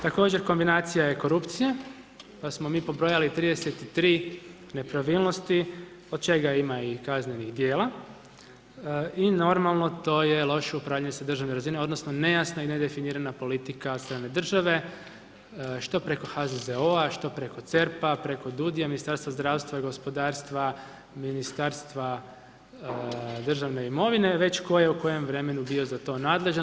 Također kombinacija i korupcije, pa smo mi pobrojali 33 nepravilnosti, od čega ima i kaznenih djela i normalno, to je loše upravljanje sa državne razine odnosno nejasna i nedefinirana politika od strane države, što preko HZZO-a, što preko CERP-a, preko DUUDI, Ministarstva zdravstva i gospodarstva, Ministarstva državne imovine, već tko je u kojem vremenu bio za to nadležan.